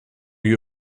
you